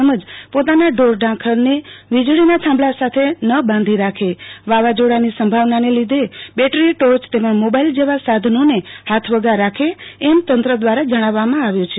તેમજ પોતાના ઢોર ઢાંખરને વીજળોના થાંભલા સાથે ન બાંધી રાખે વાવાઝોડાની સંભાવનાને લીધે બેટરી ટોર્ચ તેમજ મોબાઈલ જેવા સાધનોને હાથવગા રાખે એમ તંત્ર દવારા જણાવવામાં આવ્યું છે